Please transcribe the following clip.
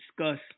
discuss